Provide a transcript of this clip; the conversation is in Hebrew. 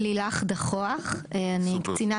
אני לילך דחוח משופרסל.